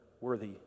worthy